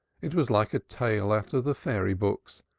it was like a tale out of the fairy-books,